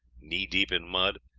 knee deep in mud,